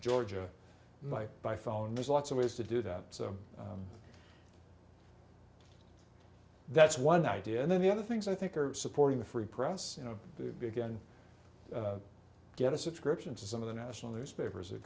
georgia by by phone there's lots of ways to do that so that's one idea and then the other things i think are supporting the free press you know they began to get a subscription to some of the national newspapers